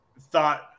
thought